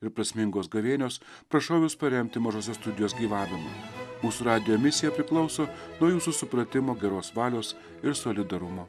ir prasmingos gavėnios prašau jus paremti mažosios studijos gyvavimą mūsų radijo misija priklauso nuo jūsų supratimo geros valios ir solidarumo